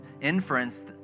inference